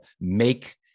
make